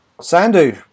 Sandu